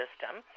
system